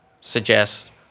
suggest